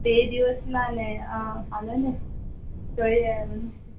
બે દિવસમાંને હાલોને જોઈએ